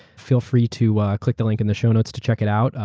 feel free to click the link in the show notes to check it out,